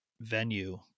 venue